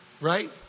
right